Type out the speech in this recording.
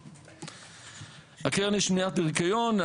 הקרן לשמירת הניקיון,